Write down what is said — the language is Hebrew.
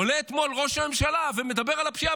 עולה אתמול ראש הממשלה ומדבר על הפשיעה